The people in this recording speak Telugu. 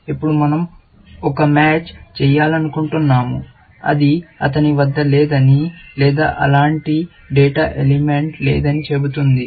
ఇప్పుడు మన০ ఒక మ్యాచ్ చేయాలనుకుంటున్నాము అది అతని వద్ద లేదని లేదా అలాంటి డేటా ఎలిమెంట్ ఉనికిలో లేదని చెబుతుంది